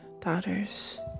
Daughters